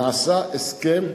נעשה הסכם,